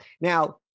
Now